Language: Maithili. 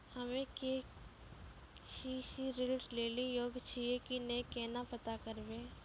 हम्मे के.सी.सी ऋण लेली योग्य छियै की नैय केना पता करबै?